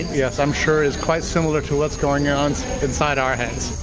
yes, i'm sure it's quite similar to what's going on inside our heads.